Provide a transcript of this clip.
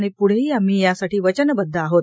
आणि प्ढेही आम्ही यासाठी वचनबद्ध आहोत